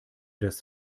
das